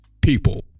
people